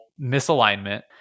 misalignment